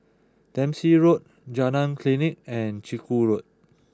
Dempsey Road Jalan Klinik and Chiku Road